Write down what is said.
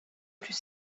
plus